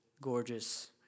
gorgeous